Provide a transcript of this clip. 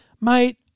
Mate